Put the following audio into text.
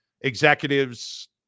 executives